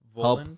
help